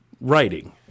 writing